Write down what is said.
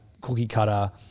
cookie-cutter